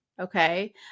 Okay